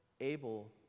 able